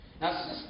Now